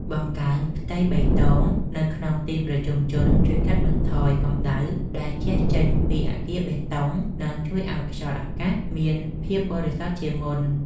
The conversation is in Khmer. បង្កើនផ្ទៃបៃតងនៅក្នុងទីប្រជុំជនជួយកាត់បន្ថយកម្ដៅដែលជះចេញពីអគារបេតុង និង ជួយឱ្យខ្យល់អាកាសមានភាពបរិសុទ្ធជាងមុន។